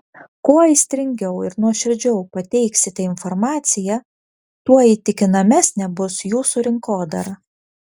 kuo aistringiau ir nuoširdžiau pateiksite informaciją tuo įtikinamesnė bus jūsų rinkodara